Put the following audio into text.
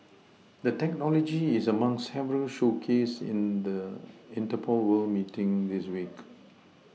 the technology is among several showcased at the interpol world meeting this week